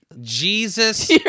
Jesus